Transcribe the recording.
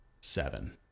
seven